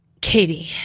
Katie